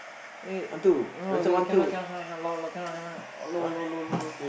eh no no really cannot cannot cannot cannot lower lower cannot cannot cannot lower lower lower lower